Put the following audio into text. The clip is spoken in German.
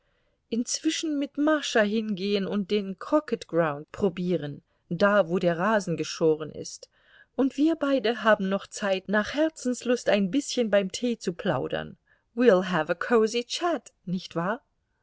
inzwischen mit mascha hingehen und den croquetground probieren da wo der rasen geschoren ist und wir beide haben noch zeit nach herzenslust ein bißchen beim tee zu plaudern we'll have a cosy chat nicht wahr